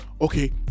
Okay